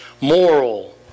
moral